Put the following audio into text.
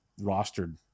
rostered